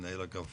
ומנהל אגף